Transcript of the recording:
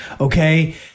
okay